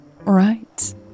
right